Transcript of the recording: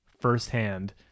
firsthand